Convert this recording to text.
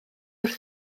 wrth